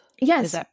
Yes